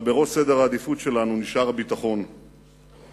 אבל בראש סדר העדיפות שלנו נשאר הביטחון והטיפול